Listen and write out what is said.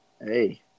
Hey